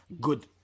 good